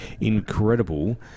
Incredible